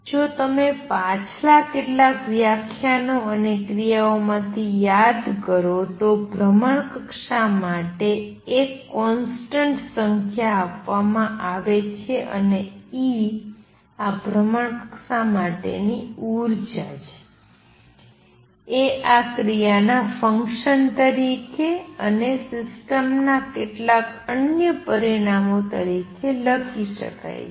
જો તમે પાછલા કેટલાક વ્યાખ્યાનો અને ક્રિયાઓમાંથી યાદ કરો તો આ ભ્રમણકક્ષા માટે એક કોંસ્ટંટ સંખ્યા આપવામાં આવે છે અને E આ ભ્રમણકક્ષા માટેની ઉર્જા એ આ ક્રિયાના ફંક્સન તરીકે અને સિસ્ટમના કેટલાક અન્ય પરિમાણો તરીકે લખી શકાય છે